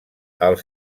els